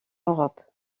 europe